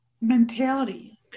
mentality